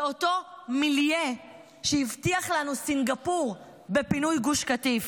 זה אותו מילייה שהבטיח לנו סינגפור בפינוי גוש קטיף.